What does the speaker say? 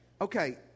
Okay